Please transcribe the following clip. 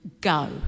go